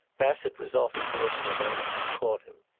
bassett was off his horse in a moment and caught him.